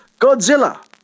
Godzilla